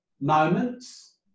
moments